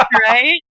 right